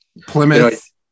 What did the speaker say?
Plymouth